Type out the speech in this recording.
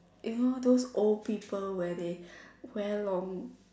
you know those old people where they wear long